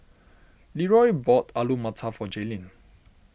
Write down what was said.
Leeroy bought Alu Matar for Jaelyn